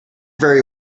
very